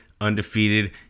undefeated